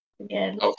again